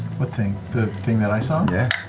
what thing? the thing that i saw? yeah